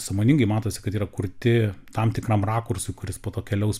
sąmoningai matosi kad yra kurti tam tikram rakursui kuris po to keliaus